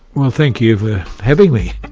well thank you for having me.